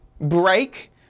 break